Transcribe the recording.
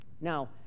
Now